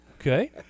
okay